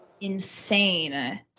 insane